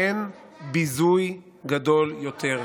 אין ביזוי גדול יותר.